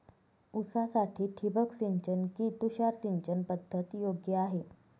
ऊसासाठी ठिबक सिंचन कि तुषार सिंचन पद्धत योग्य आहे?